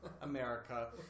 America